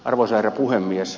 arvoisa puhemies